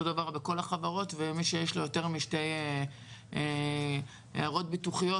דבר בכל החברות ומי שיש לו יותר משתי הערות ביטוחיות,